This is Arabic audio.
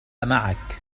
معك